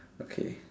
okay